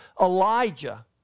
Elijah